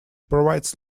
provides